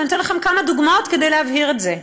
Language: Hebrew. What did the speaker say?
ואני אתן לכם כמה דוגמאות כדי להבהיר את זה.